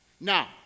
Now